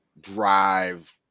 drive